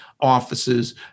offices